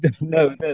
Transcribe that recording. no